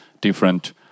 different